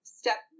step